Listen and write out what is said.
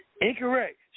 Incorrect